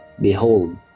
Behold